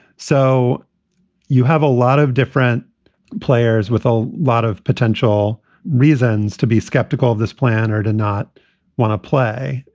so you have a lot of different players with a lot of potential reasons to be skeptical of this plan or to not want to play.